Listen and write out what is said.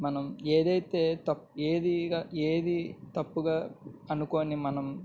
మనం ఏదైతే తప్ ఏదిగా ఏది తప్పుగా అనుకుని మనం